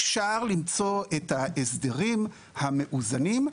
אפשר למצוא את ההסדרים המאוזנים.